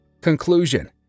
Conclusion